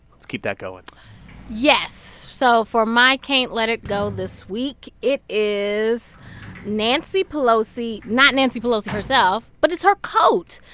let's keep that going yes. so for my can't let it go this week, it is nancy pelosi not nancy pelosi herself but it's her coat,